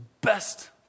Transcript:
best